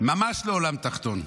ממש לעולם תחתון.